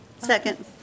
Second